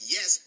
Yes